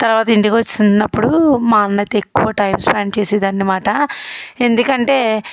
తర్వాత ఇంటికి వచ్చిసినప్పుడు మా అన్నయ్యతో ఎక్కువ టైం స్పెండ్ చేసే దాని అనమాట ఎందుకంటే